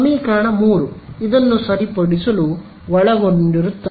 ಸಮೀಕರಣ ೩ ಇದನ್ನು ಸರಿಪಡಿಸಲು ಒಳಗೊಂಡಿರುತ್ತದೆ